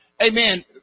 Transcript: amen